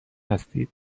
هستید